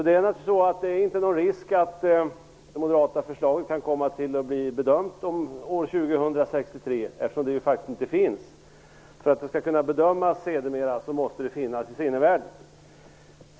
Det är inte någon risk för att det moderata förslaget kan komma att bli bedömt år 2063, eftersom det ju faktiskt inte finns. För att det sedermera skall kunna bedömas måste det finnas i sinnevärlden.